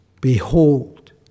behold